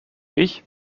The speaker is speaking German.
ich